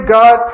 God